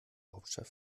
hauptstadt